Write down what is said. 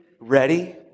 ready